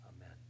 Amen